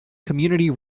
community